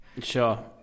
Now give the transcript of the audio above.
Sure